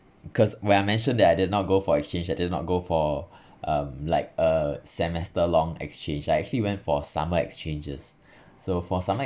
because when I mentioned that I did not go for exchange I did not go for um like a semester long exchange I actually went for summer exchanges so for summer